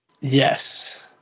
Yes